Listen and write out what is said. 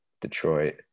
Detroit